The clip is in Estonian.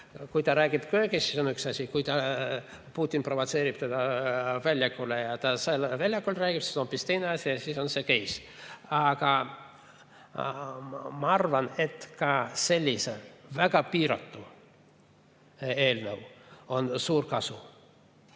Kui ta räägib köögis, siis on üks asi, kui Putin provotseerib teda väljakule ja ta seal väljakul räägib, siis on hoopis teine asi ja siis on seecase. Aga ma arvan, et ka sellisest väga piiratud eelnõust on suur kasu.